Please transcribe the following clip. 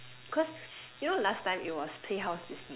cause you know last time it was playhouse Disney